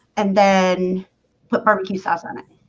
and then put barbecue sauce on it